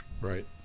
right